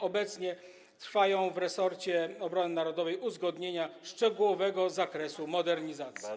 Obecnie trwają w resorcie obrony narodowej uzgodnienia szczegółowego zakresu modernizacji.